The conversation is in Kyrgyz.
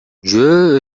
жөө